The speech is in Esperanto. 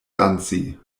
danci